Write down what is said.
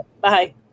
Bye